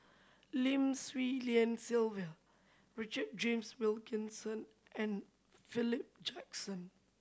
Lim Swee Lian Sylvia Richard James Wilkinson and Philip Jackson